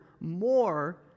more